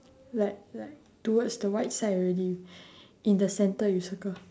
like like towards the white side already in the center you circle